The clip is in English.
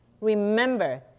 Remember